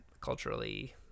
culturally